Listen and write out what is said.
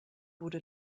wurde